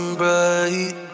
bright